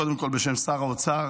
קודם כול, בשם שר האוצר,